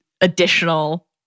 additional